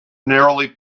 narrowly